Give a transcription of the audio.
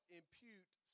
impute